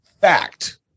Fact